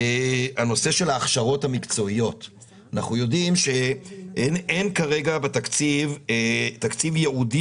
אנחנו יודעים שאין כרגע תקציב ייעודי